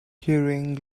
keyring